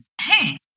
hey